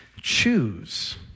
Choose